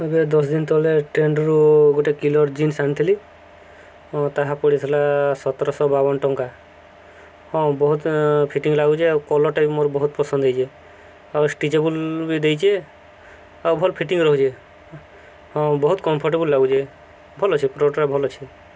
ଏବେ ଦଶ ଦିନ ତଳେ ଟ୍ରେଣ୍ଡରୁ ଗୋଟେ କିଲର ଜିନ୍ସ ଆଣିଥିଲି ହଁ ତାହା ପଡ଼ିଥିଲା ସତରଶହ ବାବନ ଟଙ୍କା ହଁ ବହୁତ ଫିଟିଙ୍ଗ ଲାଗୁଚେଁ ଆଉ କଲର୍ଟା ବି ମୋର ବହୁତ ପସନ୍ଦ ହେଇଚେ ଆଉ ଷ୍ଟିଚେବୁଲ୍ ବି ଦେଇଚେ ଆଉ ଭଲ ଫିଟିଙ୍ଗ ରହୁଚେ ହଁ ବହୁତ କମ୍ଫର୍ଟେବୁଲ ଲାଗୁଚେ ଭଲ ଅଛେ ପ୍ରଡ଼କ୍ଟଟା ଭଲ ଅଛେ